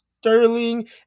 Sterling